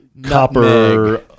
Copper